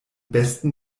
besten